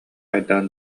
айдаан